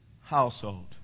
household